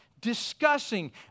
discussing